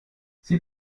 sie